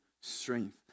strength